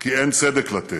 כי אין צדק לתת.